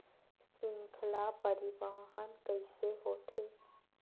श्रृंखला परिवाहन कइसे होथे?